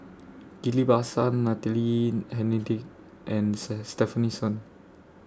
Ghillie BaSan Natalie Hennedige and Stefanie Sun